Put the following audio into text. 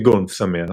כגון "שמח",